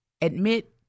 Admit